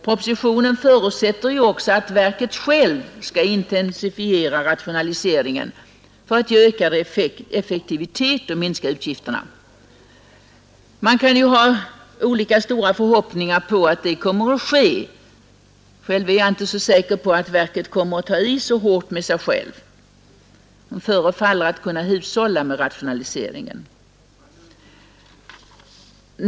Propositionen förutsätter också, att verket självt skall intensifiera rationaliseringen för att ge ökad effektivitet och minska utgifterna. Man kan ha olika stora förhoppningar om att det kommer att ske; själv är jag 41 inte så säker på att verket kommer att ta i särskilt hårt med sig självt, eftersom det förefaller att kunna hushålla länge med rationaliseringen.